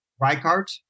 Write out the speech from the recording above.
Reichardt